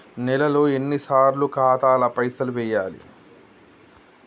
నెలలో ఎన్నిసార్లు ఖాతాల పైసలు వెయ్యాలి?